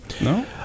no